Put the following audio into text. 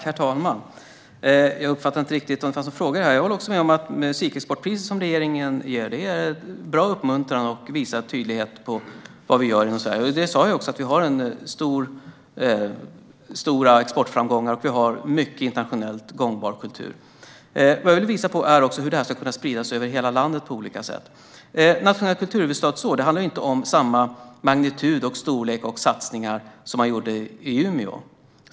Herr talman! Jag uppfattade inte riktigt om det fanns en fråga. Jag håller med om att musikexportpriset, som regeringen ger, är bra uppmuntran och med tydlighet visar vad vi gör i Sverige. Jag sa också att vi har stora exportframgångar och mycket internationellt gångbar kultur. Det jag vill visa på är hur detta ska kunna spridas över hela landet på olika sätt. Nationellt kulturhuvudstadsår handlar inte om samma magnitud, storlek och satsningar som i Umeå.